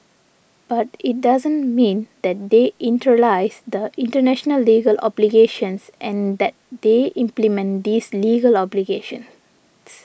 but it doesn't mean that they internalise the international legal obligations and that they implement these legal obligations